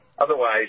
otherwise